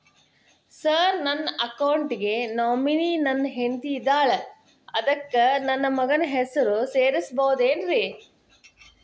Sir ನನ್ನ account ಗೆ nominee ನನ್ನ ಹೆಂಡ್ತಿ ಇದ್ದಾಳ ಅದಕ್ಕ ನನ್ನ ಮಗನ ಹೆಸರು ಸೇರಸಬಹುದೇನ್ರಿ?